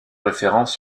référence